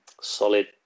Solid